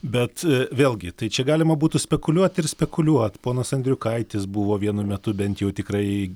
bet vėlgi tai čia galima būtų spekuliuot ir spekuliuot ponas andriukaitis buvo vienu metu bent jau tikrai